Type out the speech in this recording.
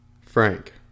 Frank